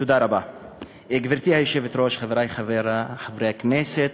גברתי היושבת-ראש, תודה רבה, חברי חברי הכנסת,